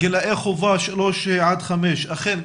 גילאי חובה 3-5. אכן.